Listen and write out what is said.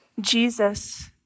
Jesus